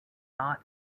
not